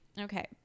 Okay